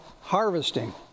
harvesting